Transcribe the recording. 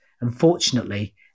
unfortunately